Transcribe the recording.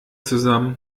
zusammen